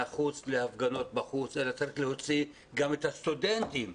החוץ להפגנות בחוץ אלא צריך להוציא גם את הסטודנטים.